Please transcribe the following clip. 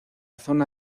zona